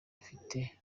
afite